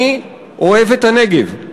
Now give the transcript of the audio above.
אני אוהב את הנגב,